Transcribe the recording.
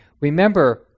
remember